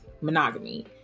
monogamy